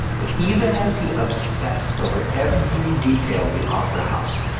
but even as he obsessed over every detail of the opera house,